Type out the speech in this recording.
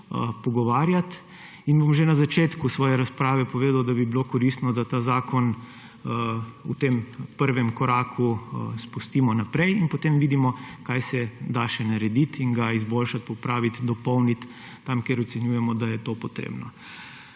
pogovarjati in bom že na začetku svoje razprave povedal, da bi bilo koristno, da ta zakon v tem prvem koraku spustimo naprej in potem vidimo, kaj se da še naredit in ga izboljšati, popraviti, dopolnit tam, kjer ocenjujemo, da je to potrebno.